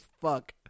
fuck